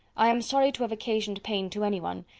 i am sorry to have occasioned pain to anyone.